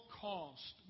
cost